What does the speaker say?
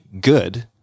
good